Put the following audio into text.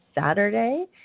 Saturday